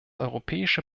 europäische